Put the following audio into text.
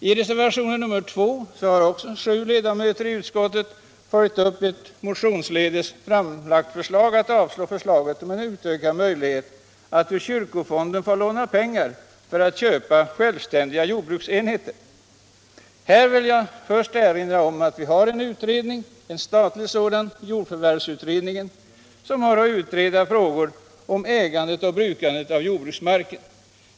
I reservationen 2 har sju ledamöter i utskottet följt upp ett motionsledes framlagt förslag att avslå förslaget om utökad möjlighet att ur kyrkofonden få låna pengar för att köpa självständiga jordbruksenheter. Här vill jag först erinra om att vi har en statlig utredning — jordförvärvsutredningen — som skall utreda frågor om ägandet och brukandet av jordbruksmarken.